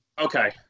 Okay